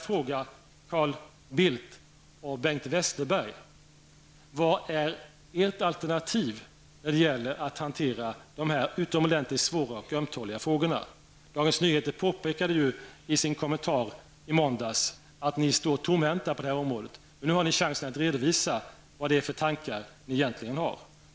Westerberg: Vad är ert alternativ när det gäller att hantera de här utomordentligt svåra och ömtåliga frågorna? Dagens Nyheter påpekade ju i sin kommentar i måndags att ni står tomhänta på det området. Nu har ni chansen att redovisa vad det är för tankar ni har.